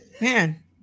Man